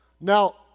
Now